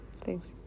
Thanks